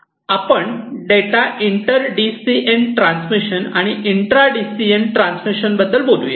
आपण data inter D C N transmission आणि intra D C N transmission याबद्दल बोलूया